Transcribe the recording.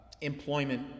employment